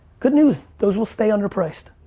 good news, those will stay underpriced.